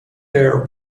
their